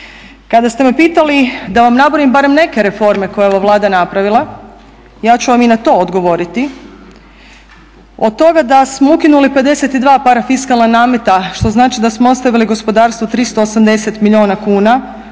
Kada ste me pitali da vam nabrojim barem neke reforme koje je ova Vlada napravila, ja ću vam i na to odgovoriti. Od toga da smo ukinuti 52 parafiskalna nameta, što znači da smo ostavili gospodarstvu 380 milijuna kuna;